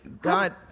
God